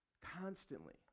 constantly